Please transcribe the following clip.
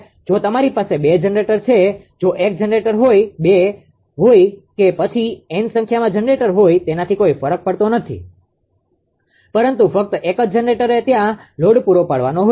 જો તમારી પાસે બે જનરેટર છે જો એક જનરેટર હોઈ બે હોઈ કે પછી n સંખ્યામાં જનરેટર હોઈ તેનાથી કોઈ ફેર પડતો નથી પરંતુ ફક્ત એક જ જનરેટરે ત્યાં લોડ પૂરો પાડવાનો હોય છે